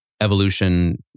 evolution